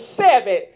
seven